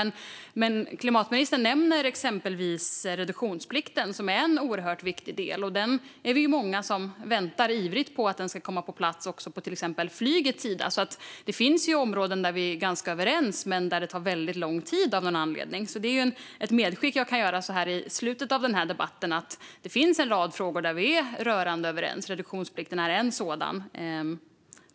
Klimatministern nämner exempelvis reduktionsplikten, som är en oerhört viktig del. Vi är många som ivrigt väntar på att den ska komma på plats på exempelvis flygets sida. Det finns alltså områden där vi är ganska överens, men av någon anledning tar det väldigt lång tid. Jag kan därför göra ett medskick här i slutet av debatten. Det finns en rad frågor där vi är rörande överens. Reduktionsplikten är en sådan.